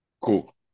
Cool